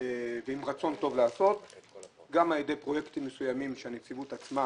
ורצון טוב לעשות גם על ידי פרויקטים מסוימים שהנציבות עצמה